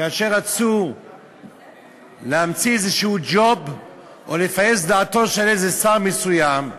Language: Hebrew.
כאשר רצו להמציא איזה ג'וב או לפייס דעתו של שר מסוים,